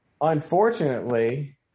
Unfortunately